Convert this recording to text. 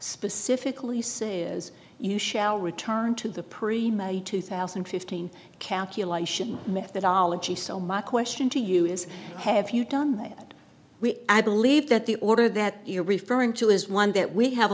specifically says you shall return to the premier two thousand and fifteen calculation methodology so my question to you is have you done that we i believe that the order that you're referring to is one that we have